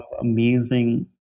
amazing